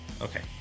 Okay